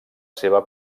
seva